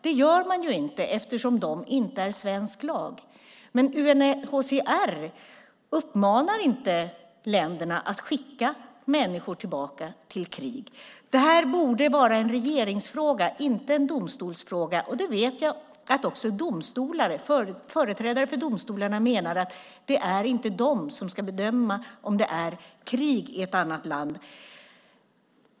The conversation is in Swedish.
Det gör man inte, eftersom de inte är svensk lag. UNHCR uppmanar inte länderna att skicka människor tillbaka till krig. Det borde vara en regeringsfråga och inte en domstolsfråga. Jag vet att också företrädare för domstolarna menar att de inte är de som ska bedöma om det är krig i ett annat land.